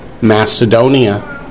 Macedonia